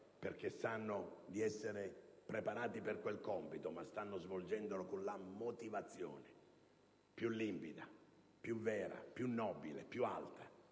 perché sanno di essere preparati per quel compito, ma anche perché sono spinti dalla motivazione più limpida, più vera, più nobile e più alta,